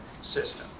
system